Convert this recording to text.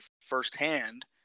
firsthand